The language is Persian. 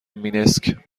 مینسک